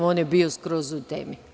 On je bio skroz u temi.